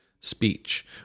speech